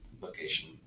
location